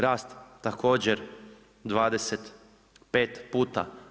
Rast također 25 puta.